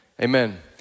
Amen